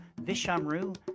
Vishamru